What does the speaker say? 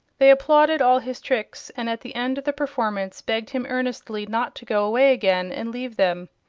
they applauded all his tricks and at the end of the performance begged him earnestly not to go away again and leave them.